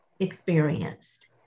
experienced